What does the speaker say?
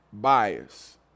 bias